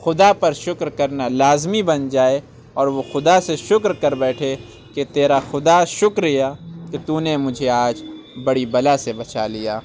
خدا پر شکر کرنا لازمی بن جائے اور وہ خدا سے شکر کر بیٹھے کہ تیرا خدا شکریہ کہ تو نے مجھے آج بڑی بلا سے بچا لیا